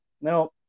Now